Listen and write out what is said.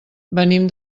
venim